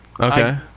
Okay